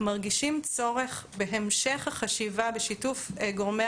מרגישים צורך בהמשך החשיבה ושיתוף גורמי